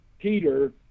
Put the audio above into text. Peter